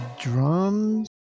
drums